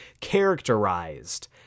characterized